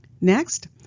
Next